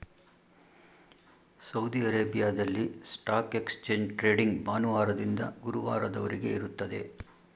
Saudi ಅರೇಬಿಯಾದಲ್ಲಿ stock exchange trading ಭಾನುವಾರದಿಂದ ಗುರುವಾರದವರೆಗೆ ಇರುತ್ತದೆ